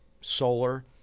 solar –